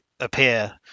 appear